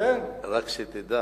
רק שתדע.